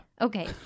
Okay